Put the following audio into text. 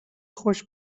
خوش